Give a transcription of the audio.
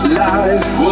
life